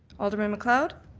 alderman mcleod,